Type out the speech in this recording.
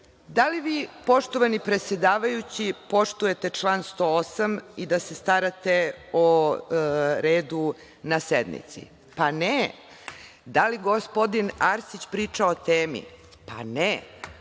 li vi poštovani predsedavajući poštujete član 108. i da se starate o redu na sednici? Pa, ne. Da li gospodin Arsić priča o temi? Pa, ne.